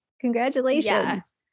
Congratulations